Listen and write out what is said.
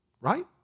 Right